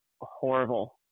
horrible